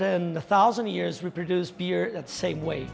than a one thousand years reproduced beer that same way